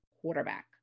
quarterback